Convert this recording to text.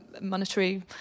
monetary